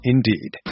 Indeed